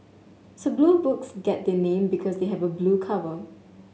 so Blue Books get their name because they have a blue cover